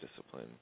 discipline